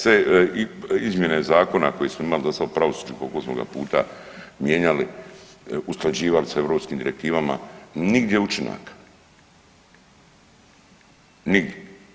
Sve izmjene zakona koje smo imali o pravosuđu koliko smo ga puta mijenjali, usklađivali sa europskim direktivama nigdje učinaka, nigdje.